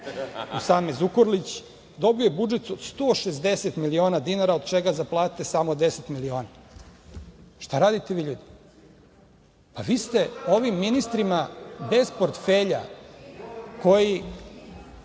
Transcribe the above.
Usame Zukorlić dobio budžet od 160 miliona dinara, od čega za plate samo 10 miliona. Šta radite vi ljudi? Pa, vi ste ovim ministrima bez portfelja koji